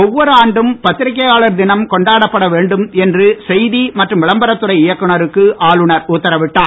ஒவ்வொரு ஆண்டும் பத்திரிக்கொாளர் தினம் பொண்டாடப்பட வேண்டும் என்று செய்தி மற்றும் விளம்பரத்துறை இ க்குனருக்கு ஆளுனர் உத் ரவிட்டார்